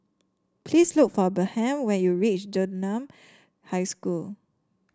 please look for Bernhard when you reach Dunman High School